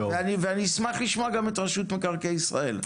אני אשמח לשמוע גם את רשות מקרקעי ישראל,